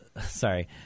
Sorry